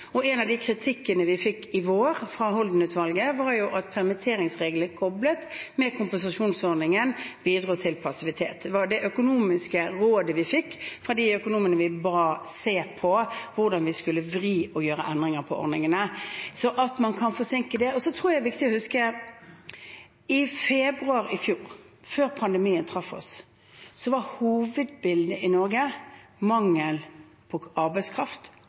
En av de kritikkene vi fikk i vår fra Holden-utvalget, var at permitteringsreglene koblet med kompensasjonsordningen bidro til passivitet. Det var det økonomiske rådet vi fikk fra de økonomene vi ba se på hvordan vi skulle vri og gjøre endringer på ordningene – sånn at man kan forsinke det. Så tror jeg det er viktig å huske at i februar i fjor, før pandemien traff oss, var hovedbildet i Norge mangel på arbeidskraft og mange steder mangel på kvalifisert arbeidskraft.